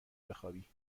بخوابی